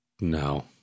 no